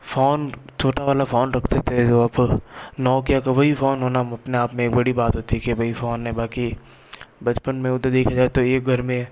phone छोटा वाला phone रखते थे सब नोकिया का वहीं फोन होना अपने आप में एक बड़ी बात होती कि भाई फोन है बाकी बचपन में वो तो देखा जाए तो एक घर में